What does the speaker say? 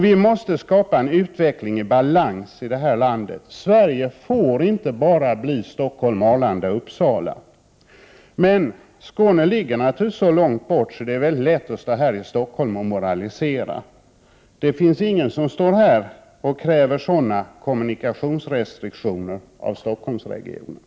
Vi måste skapa en utveckling i balans här i landet. Sverige får inte bli bara Stockholm — Arlanda — Uppsala. Skåne ligger naturligtvis så långt bort att det är lätt att stå här i Stockholm och moralisera. Det är ingen som står här och kräver sådana kommunikationsrestriktioner för Stockholmsregionen!